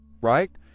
right